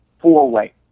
four-way